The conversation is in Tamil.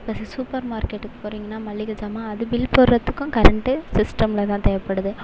இப்போ சூப்பர் மார்க்கெட்டுக்கு போறிங்கன்னா மளிகை சாமான் அது பில் போடுறத்துக்கும் கரெண்ட்டு சிஸ்டமில் தான் தேவைப்படுது